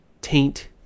taint